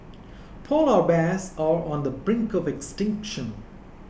Polar Bears are on the brink of extinction